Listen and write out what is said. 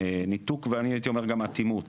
וגם אטימות